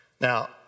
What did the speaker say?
Now